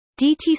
DTC